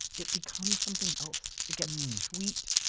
it becomes something else. it gets sweet,